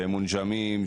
שהם מונשמים,